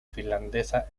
finlandesa